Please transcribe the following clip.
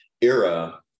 era